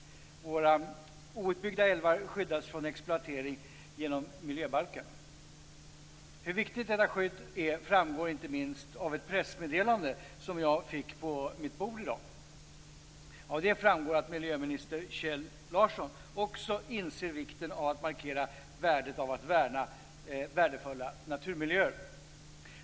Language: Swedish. Våra outbyggda älvar skyddas från exploatering genom miljöbalken. Hur viktigt detta skydd är visar sig inte minst av ett pressmeddelande som jag fick på mitt bord i dag. Av det framgår att miljöminister Kjell Larsson också inser vikten av att markera värdet av att värna värdefulla naturmiljöer.